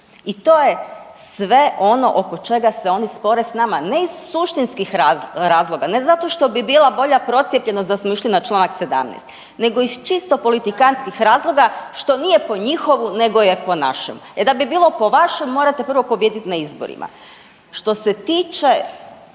I to je sve ono oko čega se oni spore s nama, ne iz suštinskih razloga ne zato što bi bila bolja procijepljenost da smo išli na čl. 17. nego iz čisto politikantskih razloga što nije po njihovu nego je po našem. E da bi bilo po vašem morate prvo pobijediti na izborima. Što se tiče